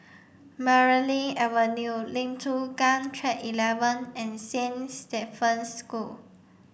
Marlene Avenue Lim Chu Kang Track eleven and Saint Stephen's School